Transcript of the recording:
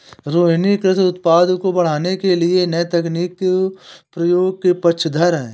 रोहिनी कृषि उत्पादन को बढ़ाने के लिए नए तकनीक के प्रयोग के पक्षधर है